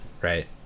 right